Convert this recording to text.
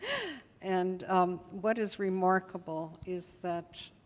and what is remarkable is that